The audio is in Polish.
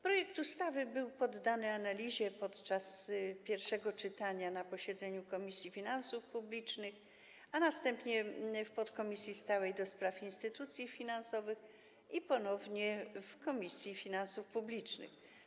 Projekt ustawy był poddany analizie podczas pierwszego czytania na posiedzeniu Komisji Finansów Publicznych, następnie w podkomisji stałej do spraw instytucji finansowych i ponownie w Komisji Finansów Publicznych.